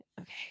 Okay